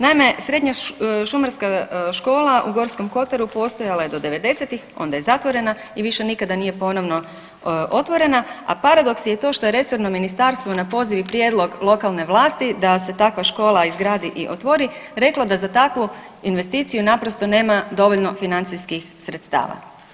Naime, Srednja šumarska škola u Gorskom Kotaru postojala je do 90-tih, onda je zatvorena i više nikada nije ponovno otvorena, a paradoks je i to što je resorno ministarstvo na poziv i prijedlog lokalne vlasti da se takva škola izgradi i otvori reklo da za takvu investiciju naprosto nema dovoljno financijskih sredstava.